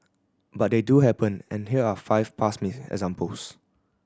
but they do happen and here are five past examples